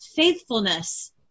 faithfulness